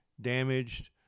damaged